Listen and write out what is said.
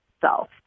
self